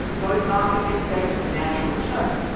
those markets expect a financial return,